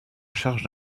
charge